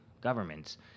governments